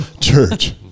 Church